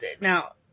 Now